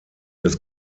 des